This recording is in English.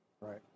right